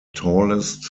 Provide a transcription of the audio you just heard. tallest